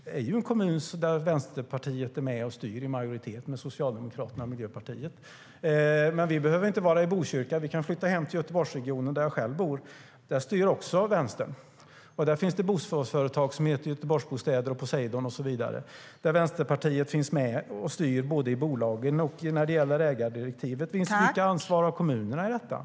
Det är ju en kommun där Vänsterpartiet är med och styr i majoritet med Socialdemokraterna och Miljöpartiet. Men vi behöver inte vara i Botkyrka; vi kan ta oss till Göteborgsregionen där jag själv bor. Där finns det bostadsföretag som heter Göteborgsbostäder, Poseidon och så vidare, och där finns Vänsterpartiet med och styr både i bolagen och när det gäller ägardirektiven.